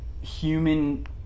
human